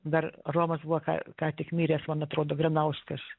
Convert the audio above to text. dar romas buvo ką tik miręs man atrodo granauskas